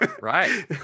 Right